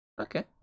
Okay